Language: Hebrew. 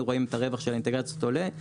רואים את הרווח של האינטגרציות עולה,